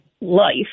life